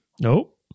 Nope